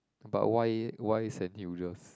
but why why Saint-Hilda's